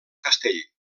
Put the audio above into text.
castell